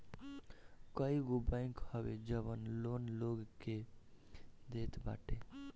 कईगो बैंक हवे जवन लोन लोग के देत बाटे